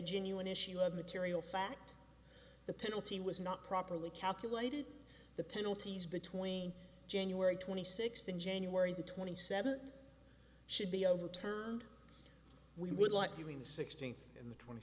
genuine issue of material fact the penalty was not properly calculated the penalties between january twenty sixth in january the twenty seven should be overturned we would like you mean sixteen